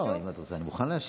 אם את רוצה, אני